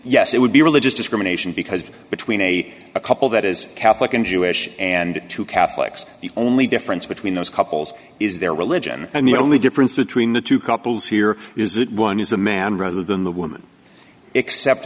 yes it would be religious discrimination because between a a couple that is catholic and jewish and two catholics the only difference between those couples is their religion and the only difference between the two couples here is that one is a man rather than the woman except